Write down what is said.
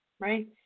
Right